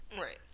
Right